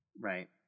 Right